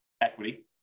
equity